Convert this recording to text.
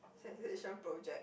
citation project